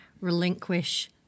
relinquish